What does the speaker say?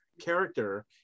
character